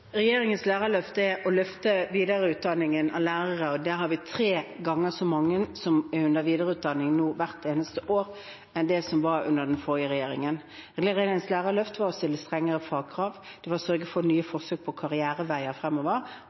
mange under videreutdanning hvert eneste år nå som det det var under den forrige regjeringen. Regjeringens lærerløft var å stille strengere fagkrav, sørge for nye forsøk på karriereveier fremover